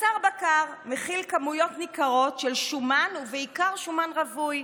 בשר בקר מכיל כמויות ניכרות של שומן ובעיקר שומן רווי.